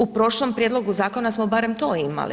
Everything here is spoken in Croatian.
U prošlom prijedlogu zakona smo barem to imali.